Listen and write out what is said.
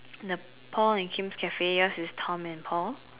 the pond is Kim's cafe yours is Tom and Paul